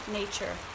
nature